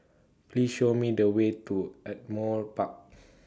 Please Show Me The Way to Ardmore Park